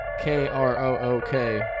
K-R-O-O-K